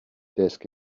desk